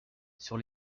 sur